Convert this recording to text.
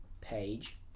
page